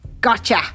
Gotcha